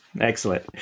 Excellent